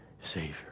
Savior